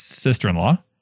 sister-in-law